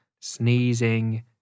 sneezing